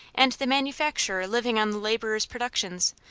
and the manufacturer living on the laborer's productions,